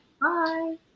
Bye